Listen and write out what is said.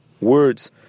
words